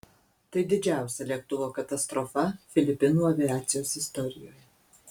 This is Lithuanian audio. tai didžiausia lėktuvo katastrofa filipinų aviacijos istorijoje